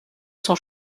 son